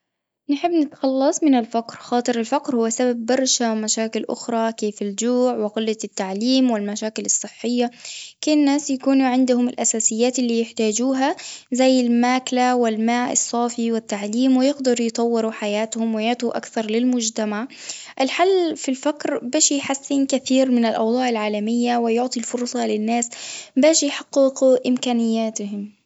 نحب نتخلص من الفقر خاطر الفقر هو سبب برشا مشاكل أخرى كيف الجوع وقلة التعليم والمشاكل الصحية، كي الناس يكونوا عندهم الأساسيات اللي يحتاجوها زي الماكلة والماء الصافي والتعليم ويقدروا يطوروا حياتهم ويعطوا أكثر للمجتمع، الحل في الفقر باش يحسن كثير من الأوضاع العالمية ويعطي الفرصة للناس باش يحققوا إمكانياتهم.